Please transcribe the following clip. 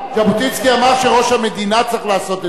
אבל ז'בוטינסקי אמר שראש המדינה צריך לעשות את זה,